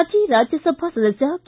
ಮಾಜಿ ರಾಜ್ಯಸಭಾ ಸದಸ್ಯ ಕೆ